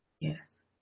Yes